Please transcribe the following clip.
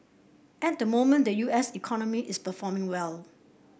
at the moment the U S economy is performing well